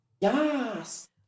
Yes